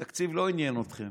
התקציב לא עניין אתכם.